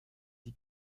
die